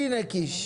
הנה חבר הכנסת קיש.